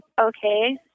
okay